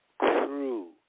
true